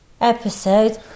Episode